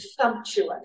sumptuous